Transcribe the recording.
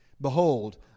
Behold